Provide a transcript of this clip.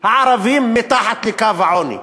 הערבים מתחת לקו העוני,